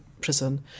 Prison